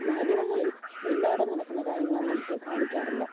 മാധ്യമങ്ങളില് എല്ലായിടവും നടക്കുന്ന കാര്യങ്ങളൊന്നും തെ കാണിക്കാറില്ല